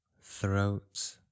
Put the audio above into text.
throat